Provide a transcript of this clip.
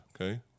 Okay